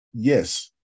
Yes